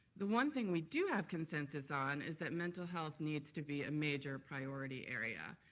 the one thing we do have consensus on is that mental health needs to be a major priority area.